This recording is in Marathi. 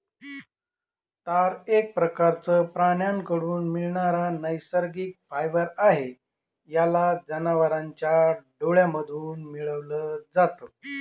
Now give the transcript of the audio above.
तार एक प्रकारचं प्राण्यांकडून मिळणारा नैसर्गिक फायबर आहे, याला जनावरांच्या डोळ्यांमधून मिळवल जात